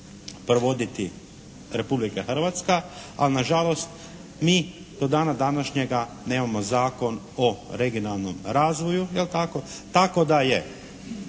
provoditi Republika Hrvatska, ali nažalost mi do dana današnjega nemamo Zakon o regionalnom razvoju, je li tako? Tako da je